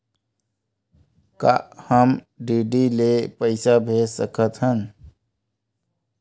का हम डी.डी ले पईसा भेज सकत हन?